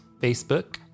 Facebook